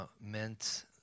meant